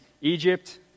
Egypt